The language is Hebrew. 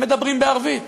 הם מדברים בערבית,